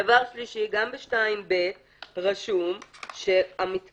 דבר שלישי גם ב-2(ב) רשום שהמתקן